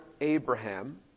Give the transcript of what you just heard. Abraham